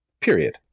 period